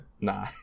nah